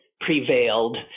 prevailed